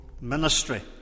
ministry